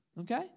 Okay